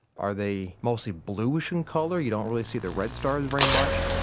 are they mostly blueish in colour, you don't really see the red stars very much?